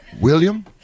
William